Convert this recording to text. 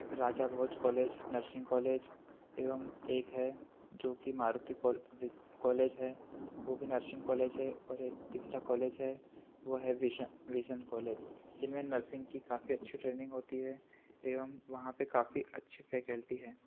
Raja Bhoj college nursing college एवं एक है जो कि मारूती कॉल बिज़ कॉलेज है वो भी नर्सिंग कॉलेज है और एक तीसरा कॉलेज है वह है विज़न विज़न कॉलेज जिनमें नर्सिंग की काफी अच्छी ट्रेनिंग होती है एवं वहाँ पर काफी अच्छी फैकेल्टी है